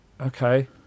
okay